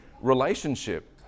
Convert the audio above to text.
relationship